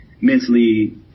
mentally